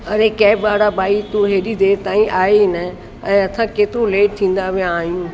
अरे कैब वारा भाई तूं हेॾी देरि ताईं आहे न ऐं असां केतिरो लेट थींदा विया आहियूं